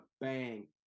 bang